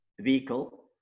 vehicle